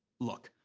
look,